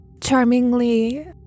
charmingly